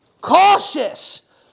cautious